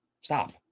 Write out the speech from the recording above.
Stop